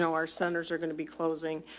so our centers are going to be closing.